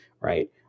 right